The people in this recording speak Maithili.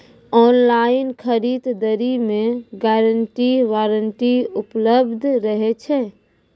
ऑनलाइन खरीद दरी मे गारंटी वारंटी उपलब्ध रहे छै?